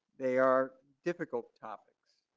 they are difficult topics.